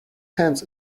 hands